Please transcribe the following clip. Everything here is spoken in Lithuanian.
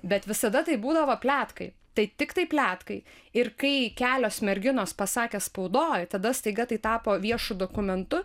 bet visada tai būdavo pletkai tai tiktai pletkai ir kai kelios merginos pasakė spaudoj tada staiga tai tapo viešu dokumentu